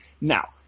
Now